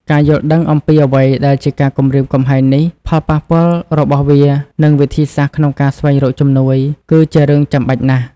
ការយល់ដឹងអំពីអ្វីដែលជាការគំរាមកំហែងនេះ ផលប៉ះពាល់របស់វា និងវិធីសាស្ត្រក្នុងការស្វែងរកជំនួយ គឺជារឿងចាំបាច់ណាស់។